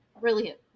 brilliant